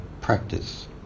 practice